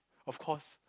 of course